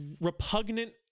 repugnant